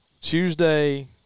Tuesday –